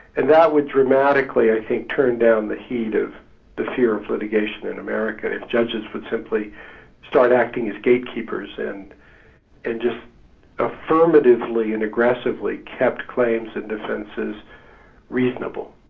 and that would dramatically i think turn down the heat of the fear of litigation in america, if judges would simply start acting as gatekeepers, and just affirmatively and aggressively kept claims and defences reasonable.